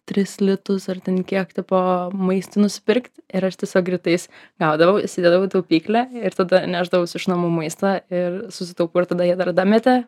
tris litus ar ten kiek tipo maistui nusipirkt ir aš tiesiog rytais gaudavau įsidėdavau į taupyklę ir tada nešdavausi iš namų maistą ir susitaupiau ir tada jie dar dametė